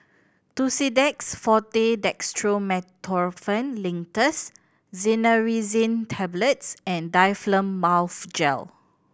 Tussidex Forte Dextromethorphan Linctus Cinnarizine Tablets and Difflam Mouth Gel